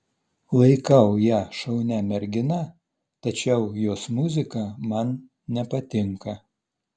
laikau ją šaunia mergina tačiau jos muzika man nepatinka